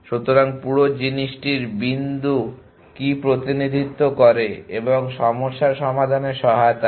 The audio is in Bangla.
সুতরাং পুরো জিনিসটির বিন্দু কি প্রতিনিধিত্ব করে এবং সমস্যা সমাধানে সহায়তা করে